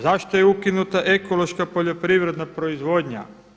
Zašto je ukinuta ekološka poljoprivredna proizvodnja?